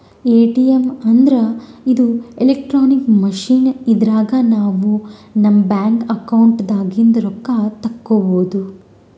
ATM ಅಂದ್ರ ಇದು electronic machine ಇದ್ರಾಗ್ ನಾವ್ ನಮ್ ಬ್ಯಾಂಕ್ ಅಕೌಂಟ್ ದಾಗಿಂದ್ ರೊಕ್ಕ ತಕ್ಕೋಬಹುದ್